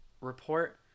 report